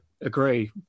agree